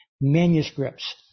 manuscripts